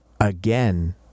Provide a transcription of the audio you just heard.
again